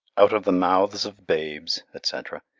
out of the mouths of babes, etc.